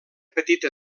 petita